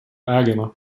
ägarna